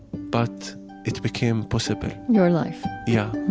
but it became possible your life? yeah